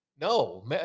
no